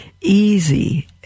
easy